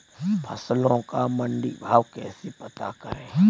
फसलों का मंडी भाव कैसे पता करें?